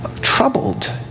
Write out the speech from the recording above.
troubled